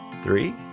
three